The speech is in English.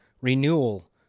renewal